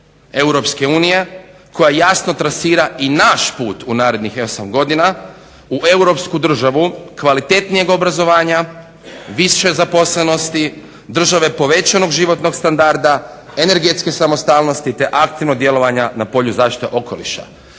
strategija EU koja jasno trasira i naš put u narednih 8 godina u europsku državu kvalitetnijeg obrazovanja, više zaposlenosti, države povećanog životnog standarda, energetske samostalnosti te aktivnog djelovanja na polju zaštite okoliša.